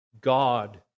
God